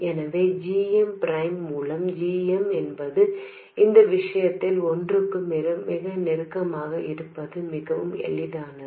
எனவே g m prime மூலம் g m என்பது இந்த விஷயத்தில் ஒன்றுக்கு மிக நெருக்கமாக இருப்பது மிகவும் எளிதானது